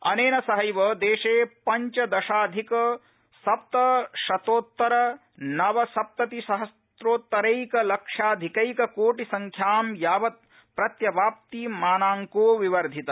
अनेन सहैव देशो पन्चदशाधिक सप्तशतोत्तर नवसप्तति सहस्रोत्तरैक लक्ष्याधिकैक कोटि संख्यां यावत् प्रत्यवाप्तिमानाडको विवर्धित